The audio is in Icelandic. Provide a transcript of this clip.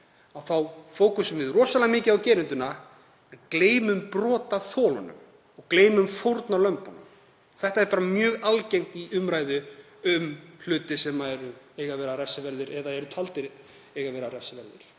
þá fókuserum við rosalega mikið á gerendur en gleymum brotaþolum og gleymum fórnarlömbum. Það er mjög algengt í umræðu um hluti sem eiga að vera refsiverðir eða eru taldir eiga að vera refsiverðir,